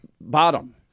bottom